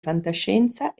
fantascienza